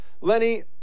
lenny